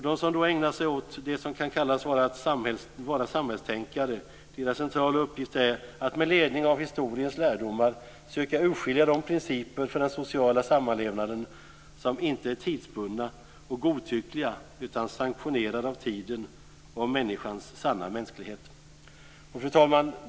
Den centrala uppgiften för dem som ägnar sig åt att vara det som kan kallas samhällstänkare är att med ledning av historiens lärdomar söka urskilja de principer för den sociala sammanlevnaden som inte är tidsbundna och godtyckliga, utan sanktionerade av tiden och av människans sanna mänsklighet. Fru talman!